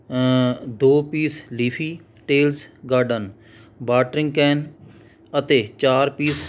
ਦੋ piece leafy tails garden watering can ਅਤੇ ਚਾਰ ਪੀਸ